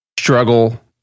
struggle